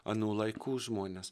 anų laikų žmonės